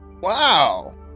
wow